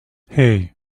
hey